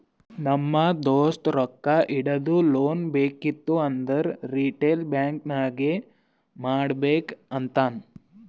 ನಮ್ ದೋಸ್ತ ರೊಕ್ಕಾ ಇಡದು, ಲೋನ್ ಬೇಕಿತ್ತು ಅಂದುರ್ ರಿಟೇಲ್ ಬ್ಯಾಂಕ್ ನಾಗೆ ಮಾಡ್ಬೇಕ್ ಅಂತಾನ್